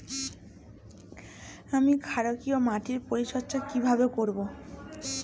আমি ক্ষারকীয় মাটির পরিচর্যা কিভাবে করব?